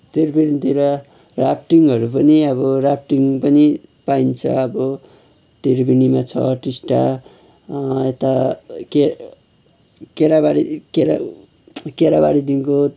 त्रिवेणीतिर राफ्टिङहरू पनि अब राफ्टिङ पनि पाइन्छ अब त्रिवेणीमा छ टिस्टा यता के केराबारी केरा केराबारीदेखिन्को